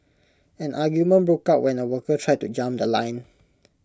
an argument broke out when A worker tried to jump The Line